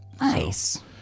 Nice